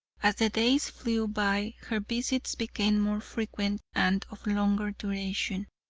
as the days flew by, her visits became more frequent and of longer duration,